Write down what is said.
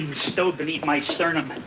stowed beneath my sternum.